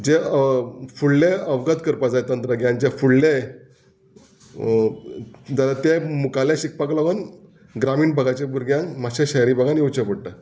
जें फुडलें अवगत करपा जाय तंत्रज्ञान जें फुडलें तें मुखारलें शिकपाक लागोन ग्रामीण भागाच्या भुरग्यांक मात्शे शहरी भागान येवचें पडटा